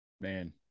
man